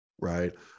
right